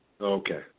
Okay